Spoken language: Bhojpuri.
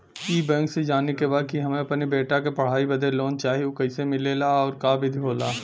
ई बैंक से जाने के बा की हमे अपने बेटा के पढ़ाई बदे लोन चाही ऊ कैसे मिलेला और का विधि होला?